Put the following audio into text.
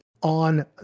On